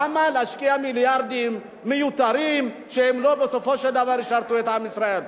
למה להשקיע מיליארדים מיותרים שבסופו של דבר לא ישרתו את עם ישראל?